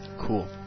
Cool